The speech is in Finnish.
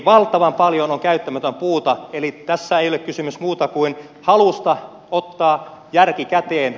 valtavan paljon on käyttämätöntä puuta eli tässä ei ole kysymys muusta kuin halusta ottaa järki käteen